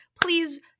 Please